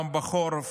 גם בחורף,